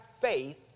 faith